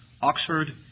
Oxford